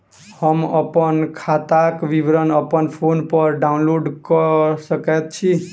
हम अप्पन खाताक विवरण अप्पन फोन पर डाउनलोड कऽ सकैत छी?